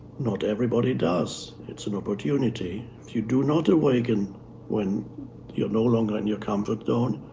not everybody does, it's an opportunity. if you do not awaken when you're no longer in your comfort zone,